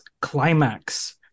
Climax